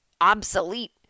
obsolete